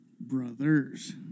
Brothers